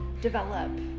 develop